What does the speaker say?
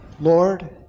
Lord